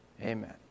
Amen